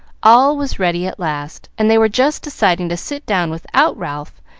all was ready at last, and they were just deciding to sit down without ralph,